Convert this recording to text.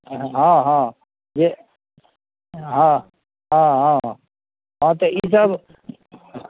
हँ हँ जे हँ हँ हँ हँ तऽ ईसभ